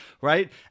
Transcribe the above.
right